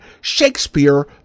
shakespeare